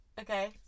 Okay